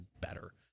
better